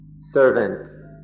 servant